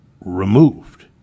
removed